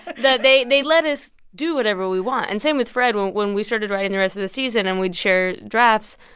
that they they let us do whatever we want. and same with fred. when when we started writing the rest of the season and we'd share drafts,